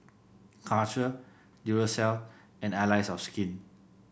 Karcher Duracell and Allies of Skin